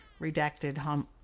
Redacted